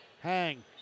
hang